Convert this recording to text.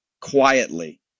quietly